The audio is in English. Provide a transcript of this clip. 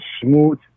smooth